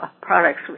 products